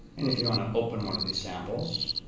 if you want to open one of these samples